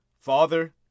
Father